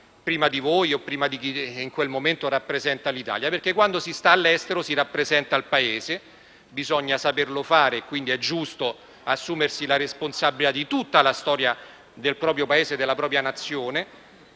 ha governato prima di chi in quel momento rappresenta l'Italia, perché quando si è all'estero si rappresenta il Paese, bisogna saperlo fare e quindi è giusto assumersi la responsabilità di tutta la storia del proprio Paese, della propria Nazione.